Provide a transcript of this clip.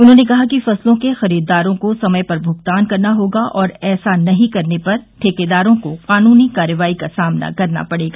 उन्होंने कहा कि फसलों के खरीदारों को समय पर भुगतान करना होगा और ऐसा नहीं करने पर ठेकेदारों को कानूनी कार्रवाई का सामना करना पडेगा